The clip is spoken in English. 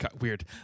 Weird